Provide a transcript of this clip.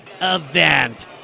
event